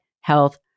health